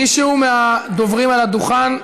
מישהו מהדוברים על הדוכן,